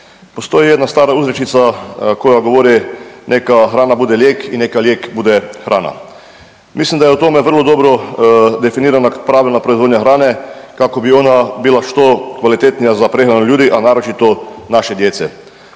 Postoji jedna stara uzrečica koja govori neka hrana bude lijek i neka lijek bude hrana. Mislim da je u tome vrlo dobro definirana pravilna proizvodnja hrane kako bi ona bila što kvalitetnija za prehranu ljudi, a naročito naše djece.